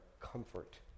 comfort